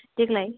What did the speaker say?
देग्लाय